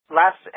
last